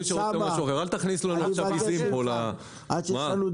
אל תכניסו לנו עכשיו עיזים.